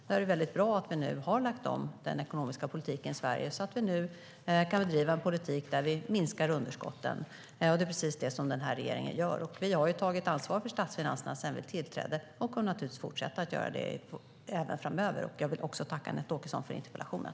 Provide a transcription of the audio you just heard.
Det är därför väldigt bra att vi nu har lagt om den ekonomiska politiken i Sverige så att vi kan bedriva en politik där vi minskar underskotten. Det är precis det som den här regeringen gör. Vi har tagit ansvar för statsfinanserna sedan vi tillträdde och kommer naturligtvis fortsätta att göra det även framöver. Jag vill också tacka Anette Åkesson för interpellationen.